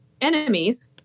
enemies